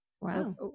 Wow